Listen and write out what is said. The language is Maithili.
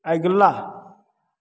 अगिला